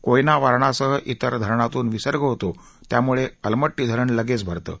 कोयना वारणासह इतर धरणातून विसर्ग होतो त्यामुळे अलमट्टी धरण लगेच भरतं